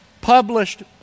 published